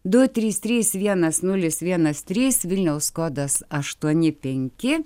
du trys trys vienas nulis vienas trys vilniaus kodas aštuoni penki